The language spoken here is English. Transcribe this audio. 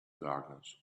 darkness